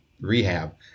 rehab